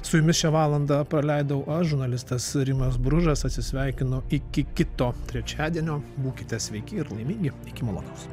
su jumis šią valandą praleidau aš žurnalistas rimas bružas atsisveikinu iki kito trečiadienio būkite sveiki ir laimingi iki malonaus